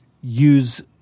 use